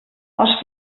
els